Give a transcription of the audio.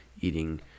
eating